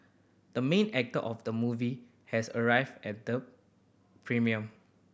the main actor of the movie has arrived at the premiere